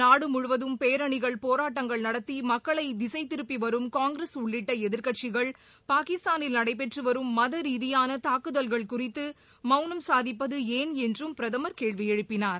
நாடு முழுவதும் பேரணிகள் போராட்டங்கள் நடத்தி மக்களை திசைத் திருப்பி வரும் காங்கிரஸ் உள்ளிட்ட எதிர்க்கட்சிகள் பாகிஸ்தானில் நடைபெற்று வரும் மத ரீதியான தாக்குதல்கள் குறித்து மௌனம் சாதிப்பது ஏன் என்றும் பிரதமர் கேளவி எழுப்பினார்